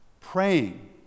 Praying